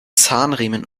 zahnriemen